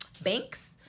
banks